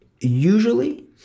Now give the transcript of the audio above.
usually